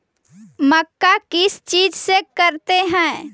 मक्का किस चीज से करते हैं?